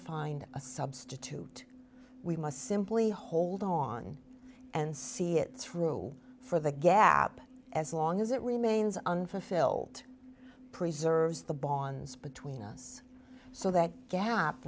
find a substitute we must simply hold on and see it through for the gap as long as it remains unfulfilled preserves the bonds between us so that gap